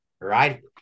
right